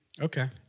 Okay